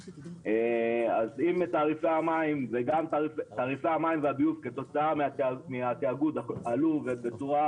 אז אם תעריפי המים והביוב כתוצאה מהתיאגוד עלו בצורה